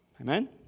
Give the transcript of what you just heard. Amen